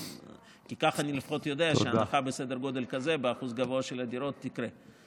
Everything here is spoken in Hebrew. כי ככה אני לפחות יודע שהנחה בסדר גודל כזה בשיעור גבוה של הדירות תקרה.